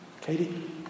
Katie